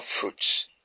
fruits